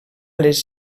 les